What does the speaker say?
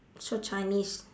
so chinese